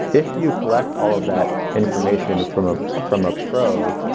if you collect all of that information from ah from a pro,